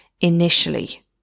initially